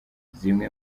zimwe